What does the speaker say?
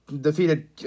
defeated